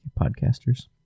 podcasters